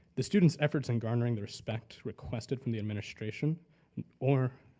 the students effort in garnering the respect requested from the administration or